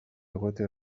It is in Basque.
egotea